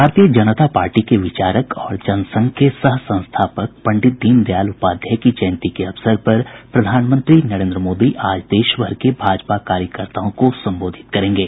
भारतीय जनता पार्टी के विचारक और जनसंघ के सह संस्थापक पंडित दीन दयाल उपाध्याय की जयंती के अवसर पर प्रधानमंत्री नरेन्द्र मोदी आज देशभर के भाजपा कार्यकर्ताओं को संबोधित करेंगे